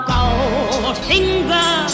Goldfinger